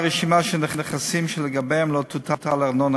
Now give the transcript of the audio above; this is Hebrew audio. רשימה של נכסים שלא תוטל עליהם ארנונה